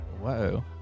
whoa